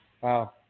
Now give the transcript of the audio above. Wow